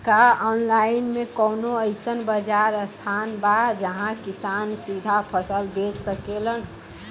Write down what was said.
का आनलाइन मे कौनो अइसन बाजार स्थान बा जहाँ किसान सीधा फसल बेच सकेलन?